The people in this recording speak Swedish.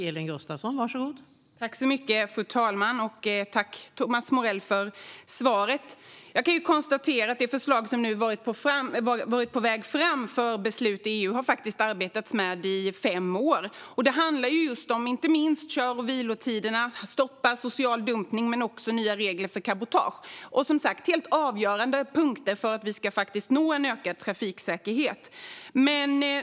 Fru talman! Jag vill tacka Thomas Morell för svaret. Det har arbetats i fem år med det förslag som har varit på väg fram för beslut i EU. Det handlar inte minst om just kör och vilotiderna och om att stoppa social dumpning men också om nya regler för cabotage. Det är som sagt helt avgörande punkter för att vi ska nå en ökad trafiksäkerhet.